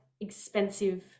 expensive